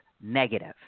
negative